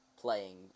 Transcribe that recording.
playing